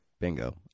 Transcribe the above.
bingo